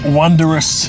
wondrous